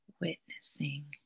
witnessing